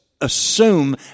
assume